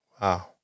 Wow